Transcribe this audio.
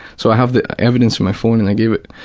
so i have the evidence on my phone, and i gave it,